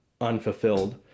Unfulfilled